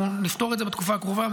אנחנו נפתור את זה בתקופה הקרובה,